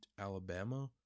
Alabama